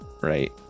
right